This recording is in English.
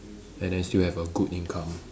and then still have a good income